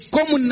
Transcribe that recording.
Como